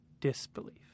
disbelief